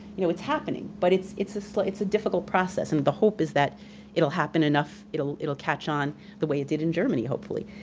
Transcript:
you know it's happening, but it's it's so a difficult process and the hope is that it'll happen enough, it'll it'll catch on the way it did in germany, hopefully.